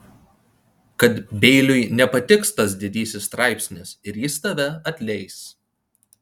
kad beiliui nepatiks tas didysis straipsnis ir jis tave atleis